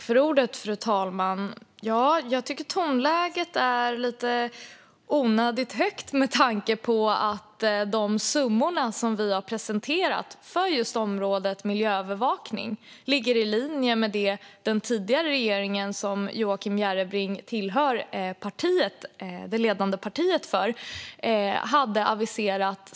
Fru talman! Jag tycker att tonläget är onödigt högt med tanke på att de summor som vi har presenterat för området miljöövervakning ligger i linje med samma summa som den tidigare regeringen - Joakim Järrebring tillhör ju dess ledande parti - hade aviserat.